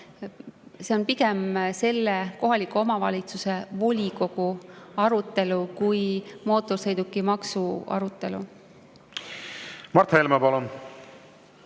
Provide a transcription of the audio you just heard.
on pigem selle kohaliku omavalitsuse volikogu arutelu kui mootorsõidukimaksu arutelu. Kui te